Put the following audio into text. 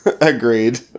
Agreed